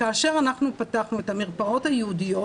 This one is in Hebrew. כאשר אנחנו פתחנו את המרפאות הייעודיות